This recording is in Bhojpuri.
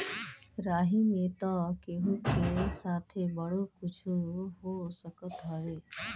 राही में तअ केहू के साथे कबो कुछु हो सकत हवे